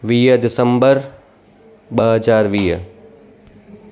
वीह दिसंबर ॿ हज़ार वीह